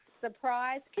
Surprise